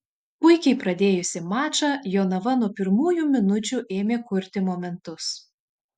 puikiai pradėjusi mačą jonava nuo pirmųjų minučių ėmė kurti momentus